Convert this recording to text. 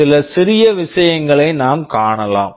சில சிறிய விஷயங்களை நாம் காணலாம்